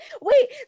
Wait